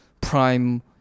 prime